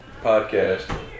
podcast